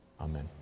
Amen